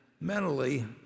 Mentally